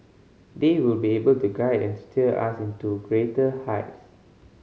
they will be able to guide and steer us in to greater heights